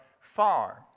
far